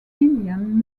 indian